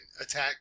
Attack